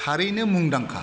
थारैनो मुंदांखा